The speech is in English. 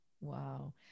Wow